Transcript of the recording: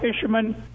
fishermen